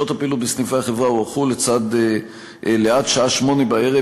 שעות הפעילות בסניפי החברה הוארכו עד השעה 20:00